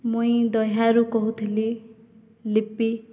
ମୁଇଁ ଦହ୍ୟାରୁ କହୁଥିଲି ଲିପି